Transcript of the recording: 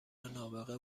نابغه